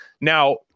Now